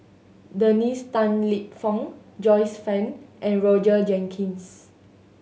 Dennis Tan Lip Fong Joyce Fan and Roger Jenkins